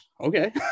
okay